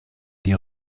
die